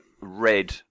red